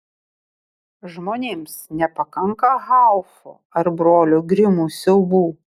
žmonėms nepakanka haufo ar brolių grimų siaubų